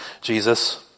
Jesus